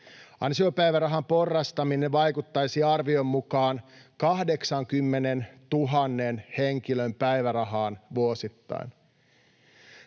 Ansiopäivärahan porrastaminen vaikuttaisi arvion mukaan 80 000 henkilön päivärahaan vuosittain.